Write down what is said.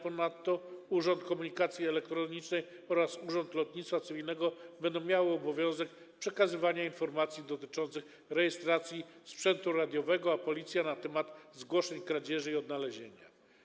Ponadto Urząd Komunikacji Elektronicznej oraz Urząd Lotnictwa Cywilnego będą miały obowiązek przekazywania informacji dotyczących rejestracji sprzętu radiowego, a Policja - informacji na temat zgłoszeń kradzieży i odnalezienia.